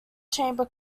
chamber